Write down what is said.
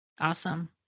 Awesome